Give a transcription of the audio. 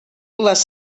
les